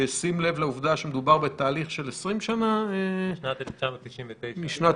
בשים לב לעובדה שמדובר בתהליך של 20 שנה -- שנת 1999. -- משנת